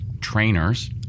trainers